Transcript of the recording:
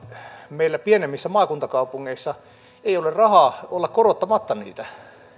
meillä pienemmissä maakuntakaupungeissa ei ole rahaa olla korottamatta niitä